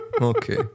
Okay